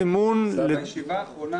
זו הישיבה האחרונה.